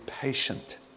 patient